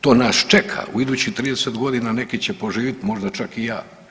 To nas čeka u idućih 30 godina, neki će poživiti, možda čak i ja.